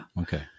Okay